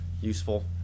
useful